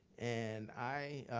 and i